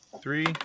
Three